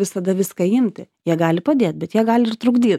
visada viską imti jie gali padėt bet jie gali ir trukdyt